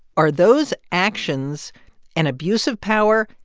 are those actions an abuse of power?